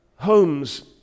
homes